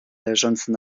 leżące